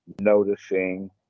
noticing